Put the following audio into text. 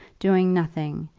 doing nothing,